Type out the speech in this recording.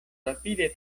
rapide